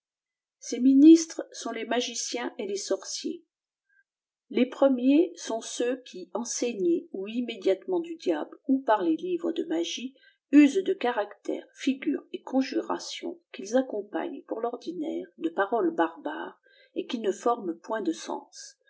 ces ministres sont les magiciens et les sorciers l ejs premiers sont ceux qui enseignés ou immédiatement du diaible ou par les livres de magie usent de caractères figures et conjurations qu'ils accompagnent pour l'ordinaire de paroles bari âres et qui ne forment point de sens